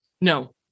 No